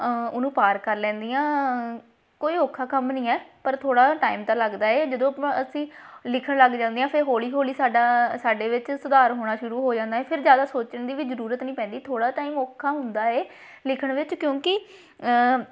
ਉਹਨੂੰ ਪਾਰ ਕਰ ਲੈਂਦੀ ਹਾਂ ਕੋਈ ਔਖਾ ਕੰਮ ਨਹੀਂ ਹੈ ਪਰ ਥੋੜ੍ਹਾ ਟਾਈਮ ਤਾਂ ਲੱਗਦਾ ਏ ਜਦੋਂ ਆਪਾਂ ਅਸੀਂ ਲਿਖਣ ਲੱਗ ਜਾਂਦੇ ਹਾਂ ਫ਼ਿਰ ਹੌਲੀ ਹੌਲੀ ਸਾਡਾ ਸਾਡੇ ਵਿੱਚ ਸੁਧਾਰ ਹੋਣਾ ਸ਼ੁਰੂ ਹੋ ਜਾਂਦਾ ਏ ਫਿਰ ਜ਼ਿਆਦਾ ਸੋਚਣ ਦੀ ਵੀ ਜ਼ਰੂਰਤ ਨਹੀਂ ਪੈਂਦੀ ਥੋੜ੍ਹਾ ਟਾਈਮ ਔਖਾ ਹੁੰਦਾ ਏ ਲਿਖਣ ਵਿੱਚ ਕਿਉਂਕਿ